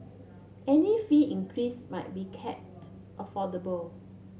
any fee increase must be kept affordable